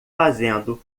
fazendo